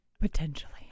Potentially